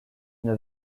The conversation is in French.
une